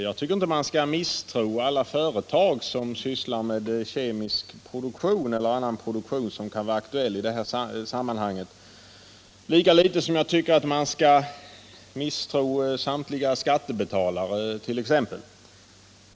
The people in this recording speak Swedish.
Jag tycker inte att man skall misstro alla företag som sysslar med kemisk produktion eller annan produktion som kan vara aktuell i detta sammanhang, lika litet som jag tycker att man skall misstro skattebetalare t.ex.